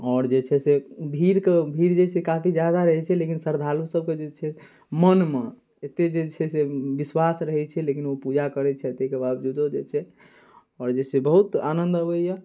आओर जे छै से भीड़के भीड़ जे छै से काफी जादा रहै छै लेकिन श्रद्धालुसभके जे छै मोनमे एतेक जे छै से विश्वास रहै छै लेकिन ओ पूजा करै छथि ताहिके बावजूदो जे छै आओर जे छै से बहुत आनन्द अबैए